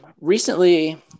recently